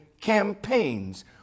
campaigns